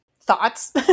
Thoughts